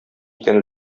икән